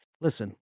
Listen